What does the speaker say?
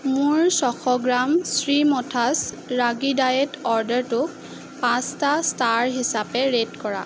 মোৰ ছশ গ্ৰাম শ্ৰীমথাছ ৰাগী ডায়েট অৰ্ডাৰটোক পাঁচটা ষ্টাৰ হিচাপে ৰেট কৰা